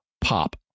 pop